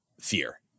fear